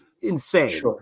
insane